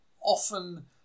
often